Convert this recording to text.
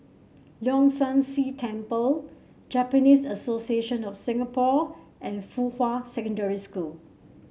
Leong San See Temple Japanese Association of Singapore and Fuhua Secondary School